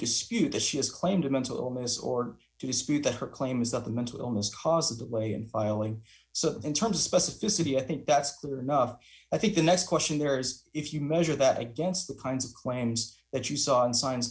dispute that she has claimed a mental illness or to dispute that her claim is that the mental illness caused the way in filing so in terms of specificity i think that's clear enough i think in this question there is if you measure that against the kinds of claims that you saw in science